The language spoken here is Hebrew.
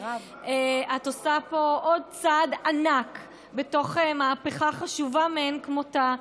את עושה פה עוד צעד ענק בתוך מהפכה חשובה מאין כמותה.